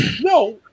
no